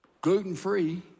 gluten-free